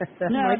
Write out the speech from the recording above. No